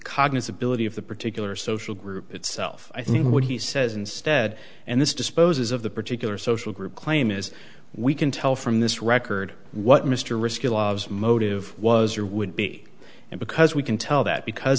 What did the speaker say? cognitive ability of the particular social group itself i think what he says instead and this disposes of the particular social group claim is we can tell from this record what mr risky lobs motive was or would be and because we can tell that because